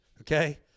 Okay